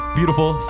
beautiful